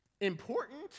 important